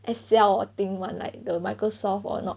excel or thing [one] like the microsoft or not